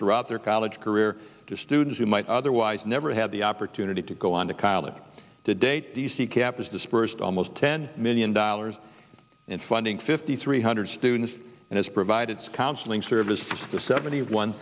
throughout their college career to students who might otherwise never have the opportunity to go on to college to date d c cap has dispersed almost ten million dollars in funding fifty three hundred students and is provide its counseling services to seventy one